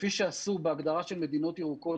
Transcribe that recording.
כפי שעשו בהגדרה של מדינות ירוקות,